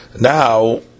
Now